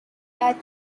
that